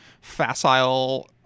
facile